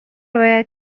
باید